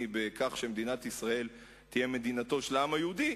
בכך שמדינת ישראל תהיה מדינתו של העם היהודי,